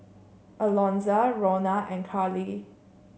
Alonza Rhona and Karli